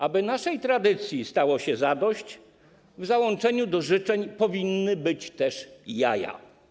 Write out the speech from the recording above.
Aby naszej tradycji stało się zadość, w załączeniu do życzeń powinny być też jaja.